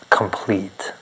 complete